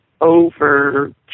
over